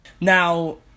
Now